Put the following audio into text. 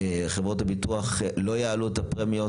שחברות הביטוח לא יעלו את הפרמיות.